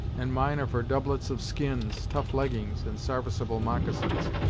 and mine are for doublets of skins, tough leggings, and sarviceable moccasins.